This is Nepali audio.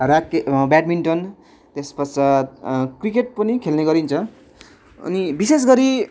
राके ब्याटडमिन्टन त्यसपश्चात क्रिकेट पनि खेल्ने गरिन्छ अनि विशेष गरी